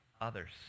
others